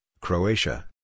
Croatia